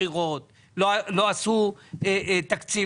שהממשלה עושה,